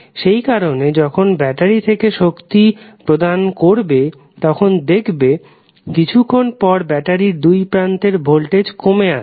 সেই কারণে যখন ব্যাটারি থেকে শক্তি প্রদান করবে তখন দেখবে কিচ্ছুক্ষণ পর ব্যাটারির দুই প্রান্তের ভোল্টেজ কমে আসছে